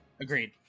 agreed